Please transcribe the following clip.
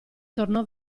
tornò